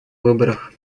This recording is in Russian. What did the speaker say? выборах